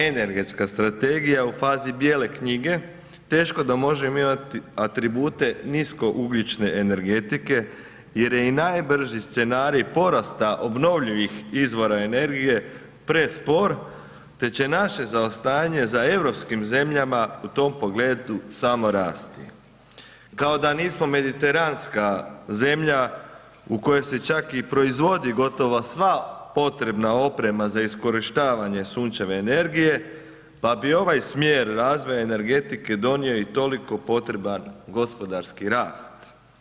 Energetska strategija u fazi bijele knjige teško da može imati atribute niskougljične energetike jer je i najbrži scenarij porasta obnovljivih izvora energije prespor, te će naše zaostajanje za europskim zemljama u tom pogledu samo rasti, kao da nismo mediteranska zemlja u kojoj se čak i proizvodi gotovo sva potrebna oprema za iskorištavanje sunčeve energije, pa bi ovaj smjer razvoja energetike donio i toliko potreban gospodarski rast.